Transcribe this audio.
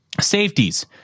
Safeties